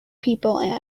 people